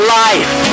life